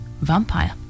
Vampire